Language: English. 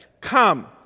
come